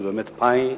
שהוא באמת "פאי".